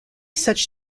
such